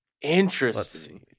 Interesting